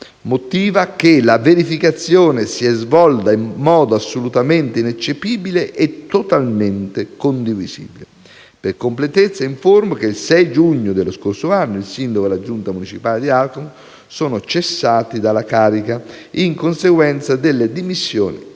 motiva che la verificazione si è «svolta in modo assolutamente ineccepibile e totalmente condivisibile». Per completezza, informo che il 6 giugno dello scorso anno il sindaco e la giunta municipale di Alcamo sono cessati dalla carica in conseguenza delle dimissioni